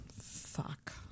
Fuck